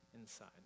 inside